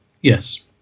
Yes